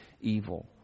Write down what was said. evil